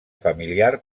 familiar